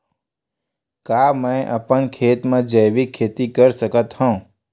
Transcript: का मैं अपन खेत म जैविक खेती कर सकत हंव?